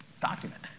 document